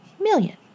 million